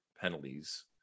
penalties